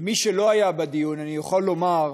למי שלא היה בדיון אני יכול לומר,